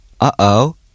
Uh-Oh